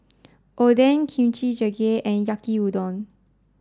Oden Kimchi Jjigae and Yaki Udon